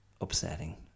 upsetting